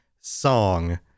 song